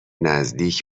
نزدیک